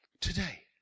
today